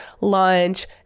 lunch